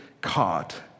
caught